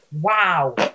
Wow